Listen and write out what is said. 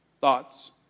thoughts